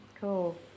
cool